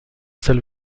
seul